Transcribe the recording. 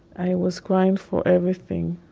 i was crying for everything.